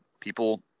people